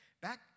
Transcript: Back